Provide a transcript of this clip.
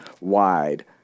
wide